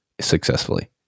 successfully